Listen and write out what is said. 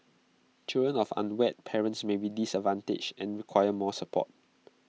children of unwed parents may be disadvantaged and require more support